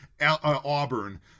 Auburn